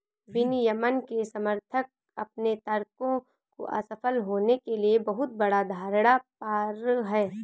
विनियमन के समर्थक अपने तर्कों को असफल होने के लिए बहुत बड़ा धारणा पर हैं